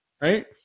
right